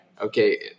Okay